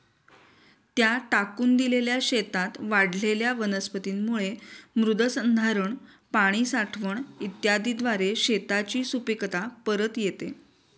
त्या टाकून दिलेल्या शेतात वाढलेल्या वनस्पतींमुळे मृदसंधारण, पाणी साठवण इत्यादीद्वारे शेताची सुपीकता परत येते